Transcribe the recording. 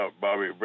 Bobby